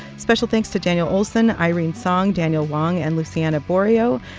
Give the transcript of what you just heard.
special thanks to daniel olson, irene song, daniel wang and luciana borio.